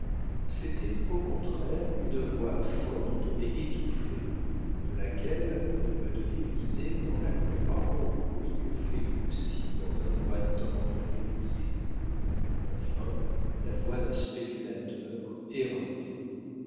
c'était au contraire une voix forte mais étouffée de laquelle on ne peut donner une idée qu'en la comparant au bruit que fait une scie dans un bois tendre et mouillé enfin la voix d'un spéculateur éreinté